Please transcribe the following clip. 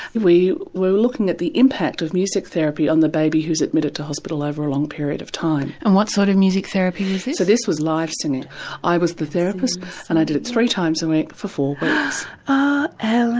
we were looking at the impact of music therapy on the baby who is admitted to hospital over a long period of time. and what sort of music therapy was this? this was live singing, i was the therapist and i did it three times a week for four ah and